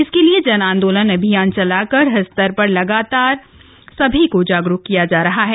इसके लिए जन आन्दोलन अभियान चलाकर हर स्तर पर लगातार सभी को जागरूक किया जा रहा है